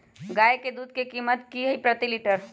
गाय के दूध के कीमत की हई प्रति लिटर?